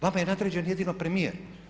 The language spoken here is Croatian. Vama je nadređen jedino premijer.